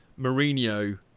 Mourinho